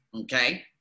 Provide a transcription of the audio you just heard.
okay